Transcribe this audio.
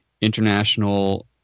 international